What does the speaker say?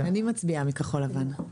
אני מצביעה מכחול לבן.